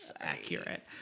accurate